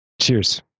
cheers